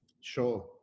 sure